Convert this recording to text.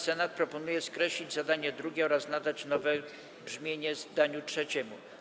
Senat proponuje skreślić zdanie drugie oraz nadać nowe brzmienie zdaniu trzeciemu.